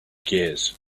gears